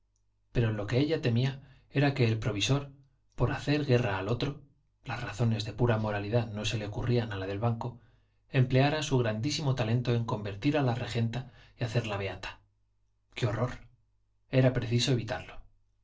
pero lo que ella temía era que el provisor por hacer guerra al otro las razones de pura moralidad no se le ocurrían a la del banco empleara su grandísimo talento en convertir a la regenta y hacerla beata qué horror era preciso evitarlo